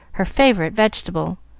her favorite vegetable.